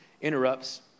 interrupts